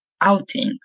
outings